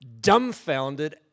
dumbfounded